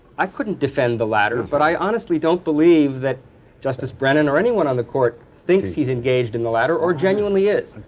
i couldn't defend the latter, but i honestly don't believe that justice brennan or anyone on the court thinks he's engaged in the latter or genuinely is.